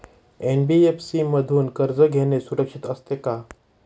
NBFC मधून कर्ज घेणे सुरक्षित असते का?